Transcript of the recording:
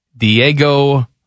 Diego